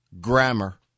Grammar